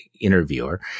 interviewer